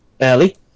early